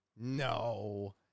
No